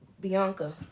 Bianca